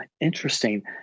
interesting